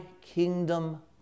kingdom